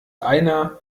einer